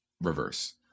reverse